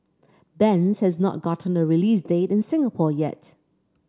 bends has not gotten a release date in Singapore yet